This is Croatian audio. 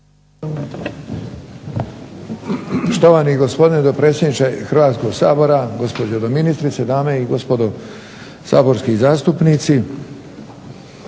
Štovani gospodine potpredsjedniče Hrvatskog sabora, gospođo doministrice, dame i gospodo saborski zastupnici.